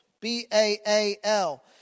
B-A-A-L